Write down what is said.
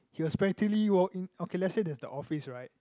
he was practically walk in okay let's say there's the office right